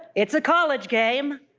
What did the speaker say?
it's a college game,